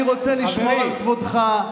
אני רוצה לשמור על כבודך.